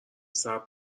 صبر